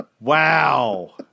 Wow